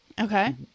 okay